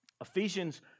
Ephesians